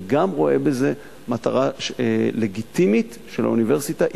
אני גם רואה בזה מטרה לגיטימית של האוניברסיטה.